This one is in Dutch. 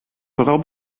vooral